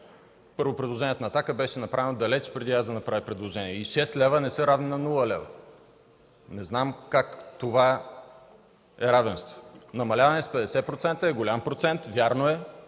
Предложението на „Атака” беше направено далеч преди аз да направя предложение. И 6 лева не са равни на нула лева! Не знам как това е равенство. Намаляване с 50% е голям процент, вярно е,